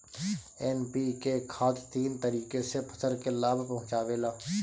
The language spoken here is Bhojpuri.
एन.पी.के खाद तीन तरीके से फसल के लाभ पहुंचावेला